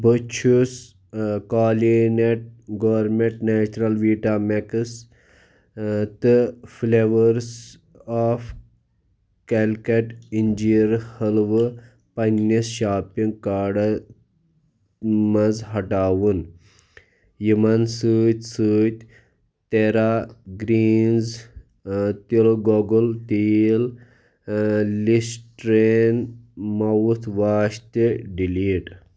بہٕ چھُس excellent government natural vita mix تہٕ فٕلیوٲرس آف کٮ۪لکٹ اِنٛجیٖر حٔلوٕ پنٛنِس شاپنگ کارڈ منٛز ہٹاوُن یِمن سۭتۍ سۭتۍ تیرا گرٛیٖنٕز تِلہٕ گۄگل تیٖل لِسٹرٛیٖن ماوُتھ واش تہِ ڈِلیٖٹ